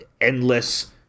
endless